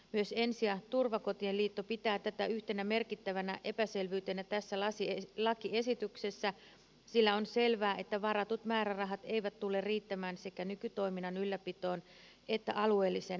myös ensi ja turvakotien liitto pitää tätä yhtenä merkittävänä epäselvyytenä tässä lakiesityksessä sillä on selvää että varatut määrärahat eivät tule riittämään sekä nykytoiminnan ylläpitoon että alueelliseen laajentamiseen